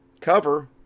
cover